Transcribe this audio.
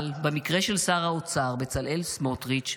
אבל במקרה של שר האוצר בצלאל סמוטריץ',